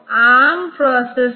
उसके बाद source register 0 हो जाएगा